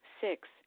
Six